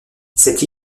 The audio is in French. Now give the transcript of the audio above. cette